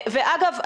אגב,